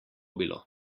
bilo